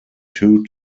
two